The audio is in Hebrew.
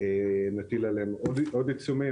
נטיל עליהן עוד עיצומים.